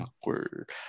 awkward